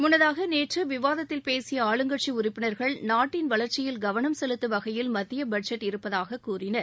முன்னதாக நேற்று விவாதத்தில் பேசிய ஆளுங்கட்சி உறுப்பினா்கள் நாட்டின் வளா்ச்சியில் கவனம் செலுத்தும் வகையில் மத்திய பட்ஜெட் இருப்பதாக கூறினர்